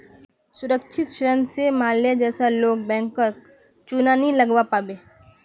सुरक्षित ऋण स माल्या जैसा लोग बैंकक चुना नी लगव्वा पाबे